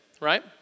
right